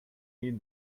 mean